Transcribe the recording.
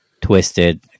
twisted